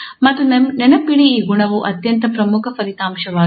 ಮತ್ತು ನೆನಪಿಡಿ ಈ ಗುಣವು ಅತ್ಯಂತ ಪ್ರಮುಖ ಫಲಿತಾಂಶವಾಗಿದೆ